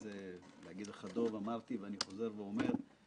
יושב-ראש הוועדה, חברי הטוב חבר הכנסת כבל,